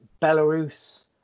Belarus